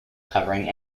covering